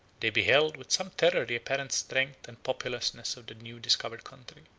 they beheld with some terror the apparent strength and populousness of the new discovered country.